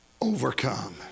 overcome